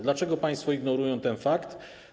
Dlaczego państwo ignorują ten fakt?